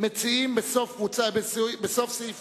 תיכף נשאל אותו אם הוא יורד ממנה.